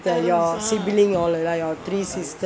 your sibling all lah your three sister